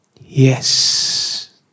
Yes